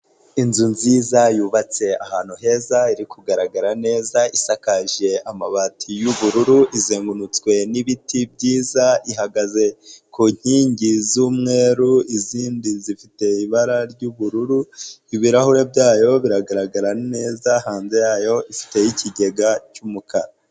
Inzu nziza, yubatse ahantu heza, iri kugaragara neza, isakaje amabati y'ubururu, izengurutswe n'ibiti byiza, ihagaze ku nkingi z'umweru, izindi zifite ibara ry'ubururu, ibirahure byayo biragaragara neza, hanze yayo ifiteyo ikigega cy'umukara.